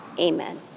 amen